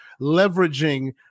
leveraging